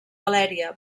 valèria